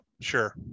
sure